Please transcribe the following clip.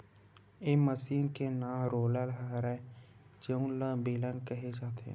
ए machine के नांव roller हरय जउन ल बेलन केहे जाथे